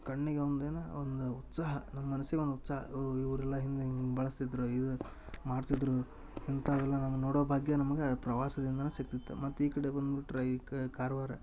ಕಣ್ಣಿಗೆ ಒಂದು ಏನು ಒಂದು ಉತ್ಸಾಹ ನಮ್ಮ ಮನ್ಸಿಗೊಂದ ಉತ್ಸಾಹ ಓ ಇವರೆಲ್ಲ ಹಿಂದೆ ಹಿಂಗ ಬಳಸ್ತಿದ್ರ ಇದು ಮಾಡ್ತಿದ್ದರು ಇಂಥವೆಲ್ಲ ನಮಗ ನೋಡೋ ಭಾಗ್ಯ ನಮಗೆ ಪ್ರವಾಸದಿಂದನ ಸಿಗ್ತಿತ್ತೆ ಮತ್ತೆ ಈ ಕಡೆ ಬಂದ್ಬಿಟ್ಟರೆ ಈ ಕಾರವಾರ